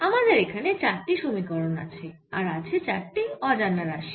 আমাদের এখানে চারটি সমীকরণ আছে আর আছে চারটি অজানা রাশি